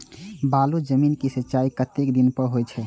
बालू जमीन क सीचाई कतेक दिन पर हो छे?